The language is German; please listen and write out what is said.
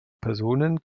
personen